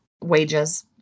wages